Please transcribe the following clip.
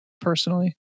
personally